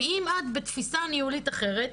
ואם את בתפיסה ניהולית אחרת,